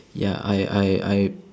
ya I I I